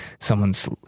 someone's